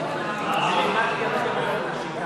סיעת ש"ס,